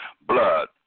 Blood